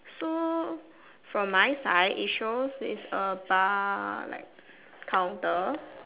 so from my side it shows is a bar like counter